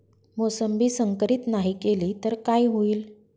मोसंबी संकरित नाही केली तर काय होईल?